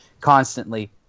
constantly